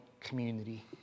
community